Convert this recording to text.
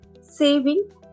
saving